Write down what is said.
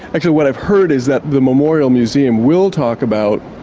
actually what i've heard is that the memorial museum will talk about,